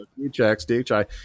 DHI